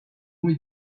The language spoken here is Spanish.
muy